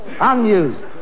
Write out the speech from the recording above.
Unused